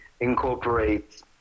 incorporate